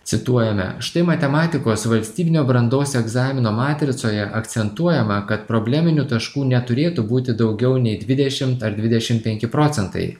cituojame štai matematikos valstybinio brandos egzamino matricoje akcentuojama kad probleminių taškų neturėtų būti daugiau nei dvidešimt ar dvidešimt penki procentai